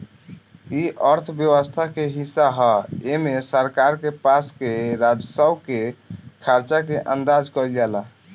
इ अर्थव्यवस्था के हिस्सा ह एमे सरकार के पास के राजस्व के खर्चा के अंदाज कईल जाला